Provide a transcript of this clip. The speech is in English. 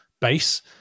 base